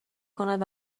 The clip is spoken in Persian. کند